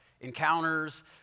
encounters